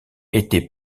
était